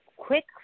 quick